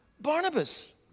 Barnabas